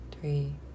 three